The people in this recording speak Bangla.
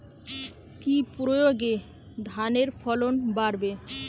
কি প্রয়গে ধানের ফলন বাড়বে?